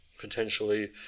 potentially